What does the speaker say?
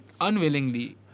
unwillingly